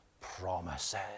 promises